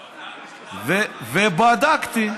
ובדקתי.